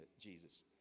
Jesus